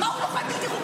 חברת הכנסת טלי,